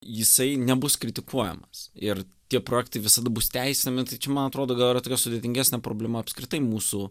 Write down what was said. jisai nebus kritikuojamas ir tie projektai visada bus teisinami tai čia man atrodo gal yra tokia sudėtingesnė problema apskritai mūsų